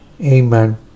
Amen